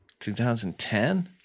2010